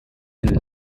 been